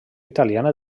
italiana